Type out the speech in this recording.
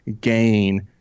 gain